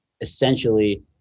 essentially